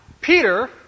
Peter